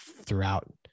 throughout